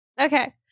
okay